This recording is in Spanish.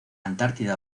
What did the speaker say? antártida